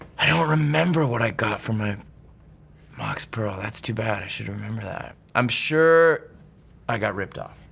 i don't remember what i got for my mox pearl. that's too bad, i should remember that. i'm sure i got ripped off.